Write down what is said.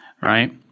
right